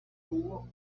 tuvo